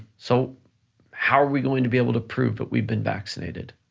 so how are we going to be able to prove that we've been vaccinated?